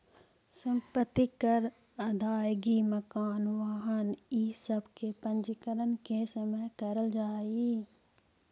सम्पत्ति कर के अदायगी मकान, वाहन इ सब के पंजीकरण के समय करल जाऽ हई